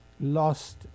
lost